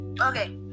Okay